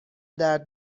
درد